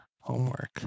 Homework